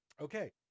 okay